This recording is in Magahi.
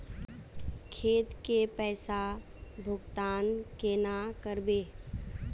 खेत के पैसा भुगतान केना करबे?